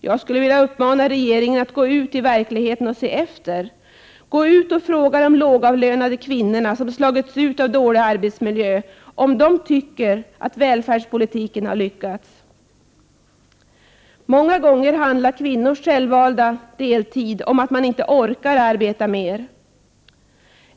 Jag skulle vilja uppmana regeringen att gå ut i verkligheten och se efter. Gå ut och fråga de lågavlönade kvinnor som slagits ut av dålig arbetsmiljö om de tycker att välfärdspolitiken har lyckats! Många gånger handlar kvinnors självvalda deltid om att man inte orkar arbeta mer.